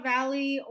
Valley